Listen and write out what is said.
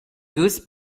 goose